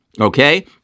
okay